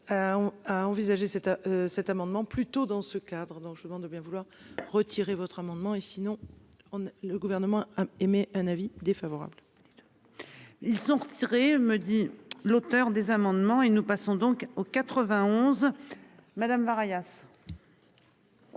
a envisagé cette cet amendement plutôt dans ce cadre, donc je vous demande de bien vouloir retirer votre amendement et sinon on ne le gouvernement émet un avis défavorable. Ils sont retirés, me dit l'auteur des amendements et nous passons donc aux 91 madame Maria.